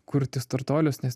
kurti startuolius nes